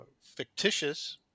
fictitious